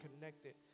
connected